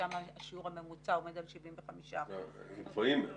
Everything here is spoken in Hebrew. שם השיעור הממוצע עומד על 75%. הם גבוהים.